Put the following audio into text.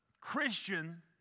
Christian